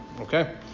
Okay